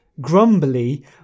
grumbly